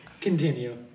Continue